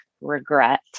regret